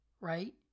right